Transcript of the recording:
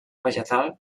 vegetal